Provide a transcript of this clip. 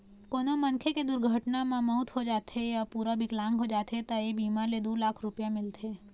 कोनो मनखे के दुरघटना म मउत हो जाथे य पूरा बिकलांग हो जाथे त ए बीमा ले दू लाख रूपिया मिलथे